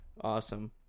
awesome